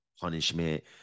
punishment